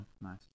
Nice